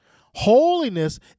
Holiness